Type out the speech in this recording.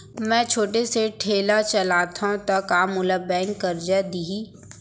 मैं छोटे से ठेला चलाथव त का मोला बैंक करजा दिही?